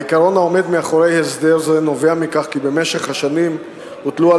העיקרון העומד מאחורי הסדר זה נובע מכך שבמשך השנים הוטלו על